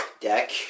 deck